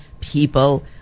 people